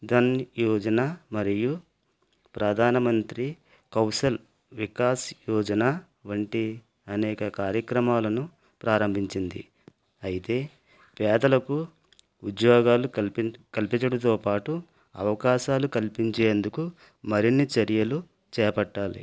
ధన్ యోజన మరియు ప్రధానమంత్రి కౌసల్ వికాస్ యోజన వంటి అనేక కార్యక్రమాలను ప్రారంభించింది అయితే పేదలకు ఉద్యోగాలు కల్పిం కల్పించడంతోపాటు అవకాశాలు కల్పించేందుకు మరెన్ని చర్యలు చేపట్టాలి